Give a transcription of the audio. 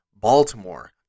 Baltimore